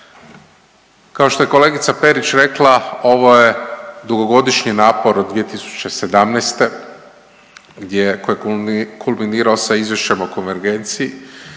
Kao što je kolegica Perić rekla ovo je dugogodišnji napor od 2017. gdje je kulminirao sa Izvješćem o konvergenciji,